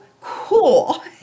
cool